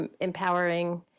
empowering